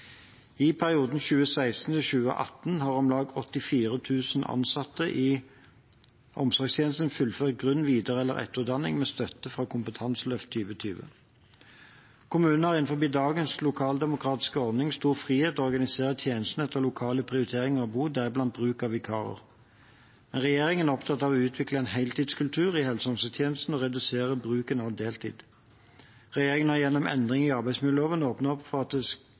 har om lag 84 000 ansatte i omsorgstjenestene fullført grunn-, videre- eller etterutdanning med støtte fra Kompetanseløft 2020. Kommunene har innenfor dagens lokaldemokratiske ordning stor frihet til å organisere tjenestene etter lokale prioriteringer og behov, deriblant bruk av vikarer. Regjeringen er opptatt av å utvikle en heltidskultur i helse- og omsorgstjenestene og redusere bruken av deltid. Regjeringen har gjennom endringer i arbeidsmiljøloven åpnet for at det